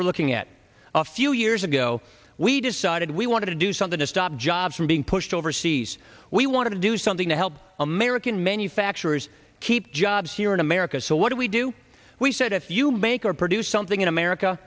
we're looking at a few years ago we decided we wanted to do something to stop jobs from being pushed overseas we wanted to do something to help american manufacturers keep jobs here in america so what do we do we said if you make our produce something in america